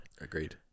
Agreed